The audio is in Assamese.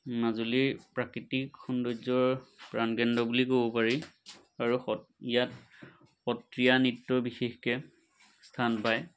মাজুলীৰ প্ৰাকৃতিক সৌন্দৰ্যৰ প্ৰাণ কেন্দ্ৰ বুলি ক'ব পাৰি আৰু ইয়াত সত্ৰীয়া নৃত্যই বিশেষকৈ স্থান পায়